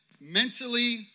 mentally